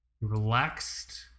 Relaxed